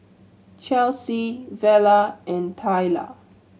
Chelsie Vella and Tayla